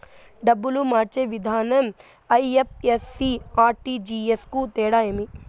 డబ్బులు మార్చే విధానం ఐ.ఎఫ్.ఎస్.సి, ఆర్.టి.జి.ఎస్ కు తేడా ఏమి?